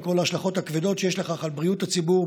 על כל ההשלכות הכבדות שיש לכך על בריאות הציבור,